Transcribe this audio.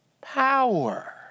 power